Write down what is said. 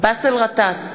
באסל גטאס,